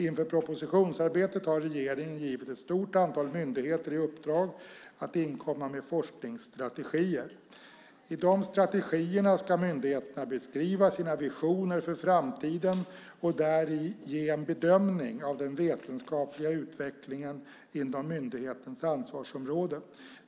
Inför propositionsarbetet har regeringen givit ett stort antal myndigheter i uppdrag att inkomma med forskningsstrategier. I de strategierna ska myndigheterna beskriva sina visioner för framtiden och däri ge en bedömning av den vetenskapliga utvecklingen inom myndighetens ansvarsområde.